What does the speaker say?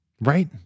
Right